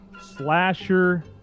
Slasher